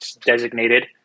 designated